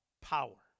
power